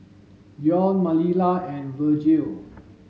Deon Manilla and Vergil